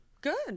good